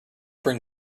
bring